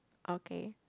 okay